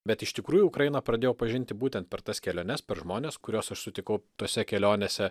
bet iš tikrųjų ukrainą pradėjau pažinti būtent per tas keliones per žmones kuriuos aš sutikau tose kelionėse